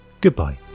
goodbye